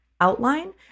outline